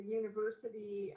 university